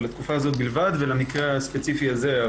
אבל לתקופה הזאת בלבד ולמקרה הספציפי הזה.